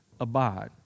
abide